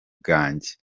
bwanjye